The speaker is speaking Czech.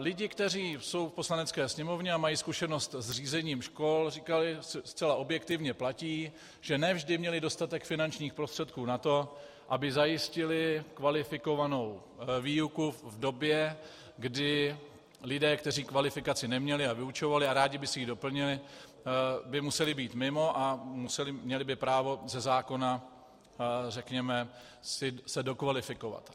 Lidé, kteří jsou v Poslanecké sněmovně a mají zkušenost s řízením škol, říkají, že zcela objektivně platí, že ne vždy měli dostatek finančních prostředků na to, aby zajistili kvalifikovanou výuku v době, kdy lidé, kteří kvalifikaci neměli a vyučovali a rádi by si ji doplnili, by museli být mimo a měli by právo ze zákona, řekněme, se dokvalifikovat.